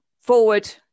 forward